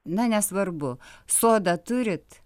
na nesvarbu sodą turit